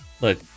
look